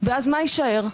ואז מה יישאר?